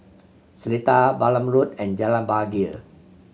Seletar Balam Road and Jalan Bahagia